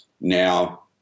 now